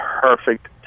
perfect